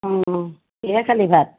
কিহেৰে খালি ভাত